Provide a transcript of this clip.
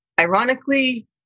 ironically